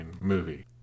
movie